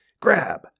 Grab